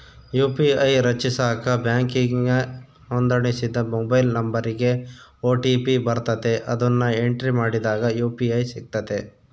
UPI ರಚಿಸಾಕ ಬ್ಯಾಂಕಿಗೆ ನೋಂದಣಿಸಿದ ಮೊಬೈಲ್ ನಂಬರಿಗೆ ಓ.ಟಿ.ಪಿ ಬರ್ತತೆ, ಅದುನ್ನ ಎಂಟ್ರಿ ಮಾಡಿದಾಗ ಯು.ಪಿ.ಐ ಸಿಗ್ತತೆ